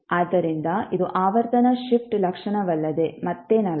ಆದ್ದರಿಂದ ಇದು ಆವರ್ತನ ಶಿಫ್ಟ್ ಲಕ್ಷಣವಲ್ಲದೆ ಮತ್ತೇನಲ್ಲ